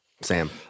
Sam